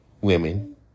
women